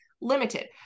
limited